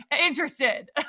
Interested